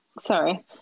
sorry